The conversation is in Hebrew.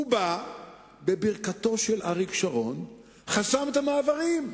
הוא בא בברכתו של אריק שרון וחסם את המעברים.